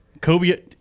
Kobe